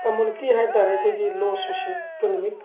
community ꯍꯥꯏꯕꯇꯥꯔꯦ ꯑꯩꯈꯣꯏꯒꯤ low socio economic